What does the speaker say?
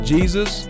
Jesus